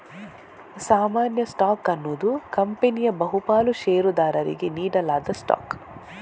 ಸಾಮಾನ್ಯ ಸ್ಟಾಕ್ ಅನ್ನುದು ಕಂಪನಿಯ ಬಹು ಪಾಲು ಷೇರುದಾರರಿಗೆ ನೀಡಲಾದ ಸ್ಟಾಕ್